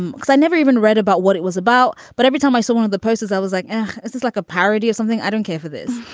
um i never even read about what it was about. but every time i saw one of the posters i was like this is like a parody or something. i don't care for this.